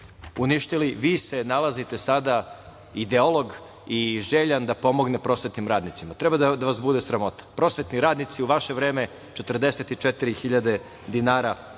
uništili, vi se nalazite sada, ideolog i željan da pomogne prosvetnim radnicima. Treba da vas bude sramota. Prosvetni radnici u vaše vreme 44.000 dinara